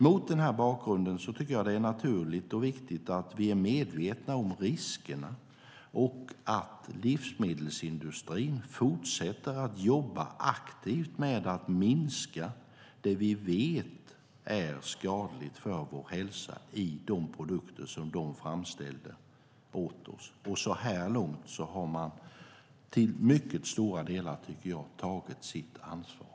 Mot denna bakgrund är det naturligt att vi är medvetna om risken och att livsmedelsindustrin fortsätter att jobba aktivt med att minska sådant som vi vet är skadligt för vår hälsa i de produkter som de framställer åt oss. Så här långt har man till mycket stora delar, tycker jag, tagit sitt ansvar.